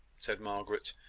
said margaret,